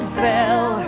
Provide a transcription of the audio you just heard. fell